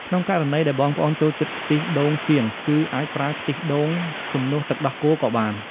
ក្នុងករណីដែលបងប្អូនចូលចិត្តខ្ទិះដូងជាង គឺអាចប្រើខ្ទិះដូងជំនួសទឹកដោះគោក៏បាន។